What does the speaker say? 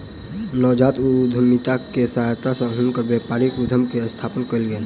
नवजात उद्यमिता के सहायता सॅ हुनकर व्यापारिक उद्यम के स्थापना कयल गेल